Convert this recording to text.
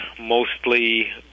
mostly